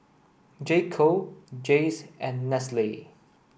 J Co Jays and Nestle